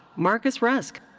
marcus rusk.